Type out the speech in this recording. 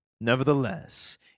Nevertheless